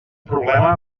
problema